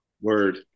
word